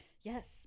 yes